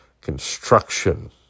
construction